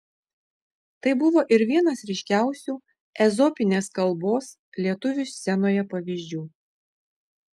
tai buvo ir vienas ryškiausių ezopinės kalbos lietuvių scenoje pavyzdžių